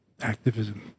activism